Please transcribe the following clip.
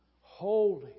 Holy